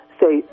say